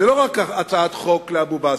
זאת לא רק הצעת חוק לאבו-בסמה,